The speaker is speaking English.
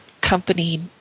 company